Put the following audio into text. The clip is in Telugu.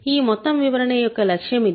ఈ మొత్తం వివరణ యొక్క లక్ష్యం ఇదే